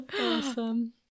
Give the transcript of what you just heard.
Awesome